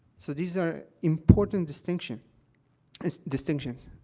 so, these are important distinction distinctions.